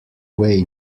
way